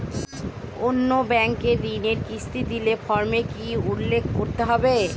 অন্য ব্যাঙ্কে ঋণের কিস্তি দিলে ফর্মে কি কী উল্লেখ করতে হবে?